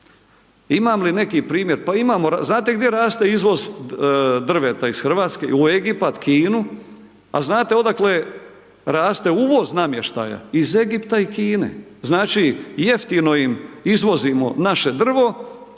Znate li gdje raste izvoz drveta iz Hrvatske? U Egipat, Kinu. A znate odakle raste uvoz namještaja? Iz Egipta i Kine. Znači, jeftino im izvozimo naše drvo,